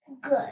Good